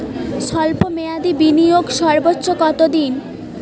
স্বল্প মেয়াদি বিনিয়োগ সর্বোচ্চ কত দিন?